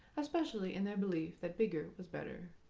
especially in their belief that bigger was better.